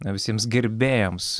visiems gerbėjams